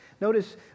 Notice